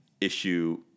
issue